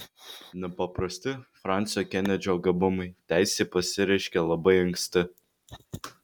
nepaprasti fransio kenedžio gabumai teisei pasireiškė labai anksti